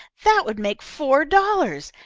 that would make four dollars,